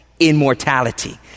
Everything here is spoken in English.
immortality